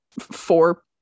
four